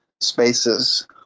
spaces